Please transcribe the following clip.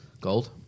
Gold